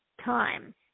time